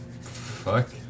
Fuck